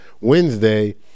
Wednesday